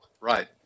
right